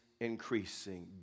increasing